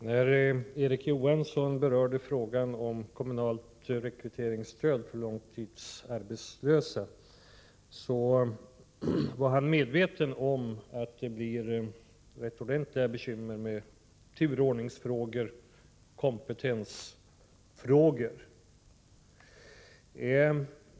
Herr talman! När Erik Johansson berörde frågan om kommunalt rekryteringsstöd för långtidsarbetslösa var han medveten om att det blir rätt ordentliga bekymmer med turordningsfrågor och kompetensfrågor.